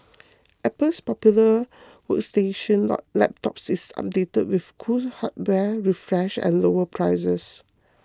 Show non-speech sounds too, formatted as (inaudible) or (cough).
(noise) Apple's popular (noise) workstation (unintelligible) laptops is updated with cool hardware refresh and lower prices